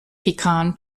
pecan